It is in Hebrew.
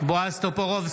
נגד בועז טופורובסקי,